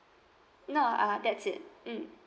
no uh that's it mm